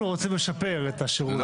אנחנו רוצים לשפר את השירות.